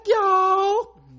y'all